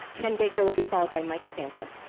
ken baker will be followed by mike santa.